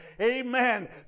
Amen